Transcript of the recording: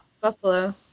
Buffalo